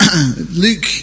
Luke